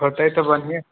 होते तऽ बन्हिऐं